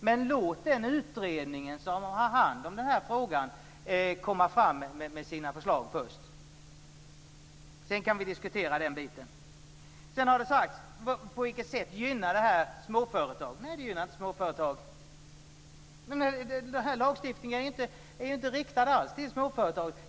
Men låt den utredning som har hand om den här frågan komma med sina förslag först. Sedan kan vi diskutera den biten. På vilket sätt gynnar det här småföretagen? Det gynnar inte småföretag. Den här lagstiftningen är inte alls riktad mot småföretagen.